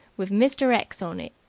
with mr. x on it,